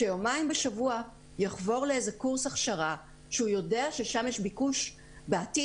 אז שיומיים בשבוע יחבור לקורס הכשרה שהוא יודע ששם יש ביקוש בעתיד,